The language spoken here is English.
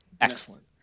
excellent